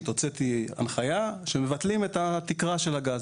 הוצאתי הנחיה שמבטלים את התקרה של הגז.